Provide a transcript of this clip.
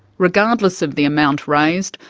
regardless of the amount raised,